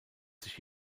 sich